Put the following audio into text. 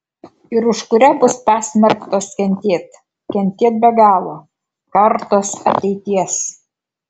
ir už kurią bus pasmerktos kentėt kentėt be galo kartos ateities